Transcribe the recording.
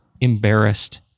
embarrassed